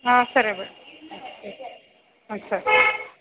ಹಾಂ ಸರಿ ಬಿಡಿ ಹಾಂ ಸರಿ